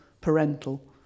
parental